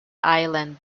island